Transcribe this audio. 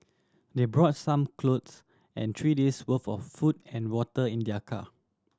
they brought some clothes and three days' worth of food and water in their car